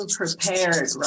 prepared